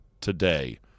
today